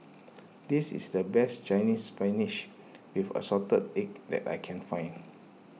this is the best Chinese Spinach with Assorted Egg that I can find